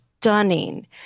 stunning